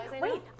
wait